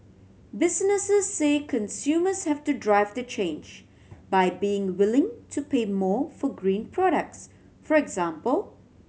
businesses say consumers have to drive the change by being willing to pay more for green products for example